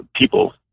people